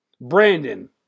Brandon